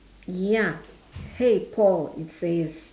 ya hey paul it says